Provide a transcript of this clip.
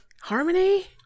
Harmony